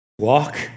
Walk